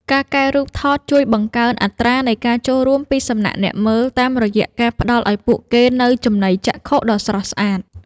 ការកែរូបថតជួយបង្កើន អត្រានៃការចូលរួម ពីសំណាក់អ្នកមើល តាមរយៈការផ្ដល់ឱ្យពួកគេនូវចំណីចក្ខុដ៏ស្រស់ស្អាត។